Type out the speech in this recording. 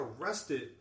arrested